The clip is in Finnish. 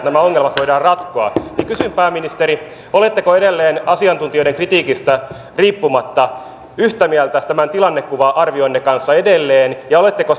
nämä ongelmat voidaan ratkoa kysyn pääministeri oletteko edelleen asiantuntijoiden kritiikistä riippumatta yhtä mieltä tämän tilannekuva arvionne kanssa edelleen ja oletteko